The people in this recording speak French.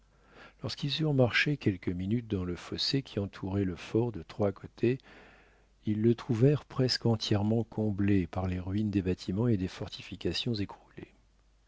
lorsqu'ils eurent marché quelques minutes dans le fossé qui entourait le fort de trois côtés ils le trouvèrent presque entièrement comblé par les ruines des bâtiments et des fortifications écroulées